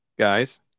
Guys